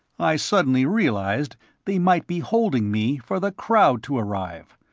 i suddenly realized they might be holding me for the crowd to arrive.